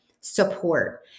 support